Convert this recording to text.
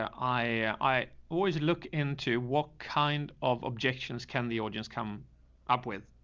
ah i always look into what kind of objections can the audience come up with?